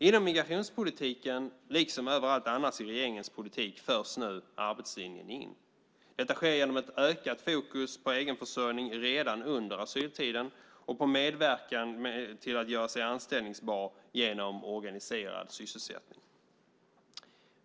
Inom migrationspolitiken, liksom överallt annars i regeringens politik, förs nu arbetslinjen in. Detta sker genom ett ökat fokus på egenförsörjning redan under asyltiden och på medverkan till att göra sig anställningsbar genom organiserad sysselsättning.